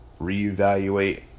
reevaluate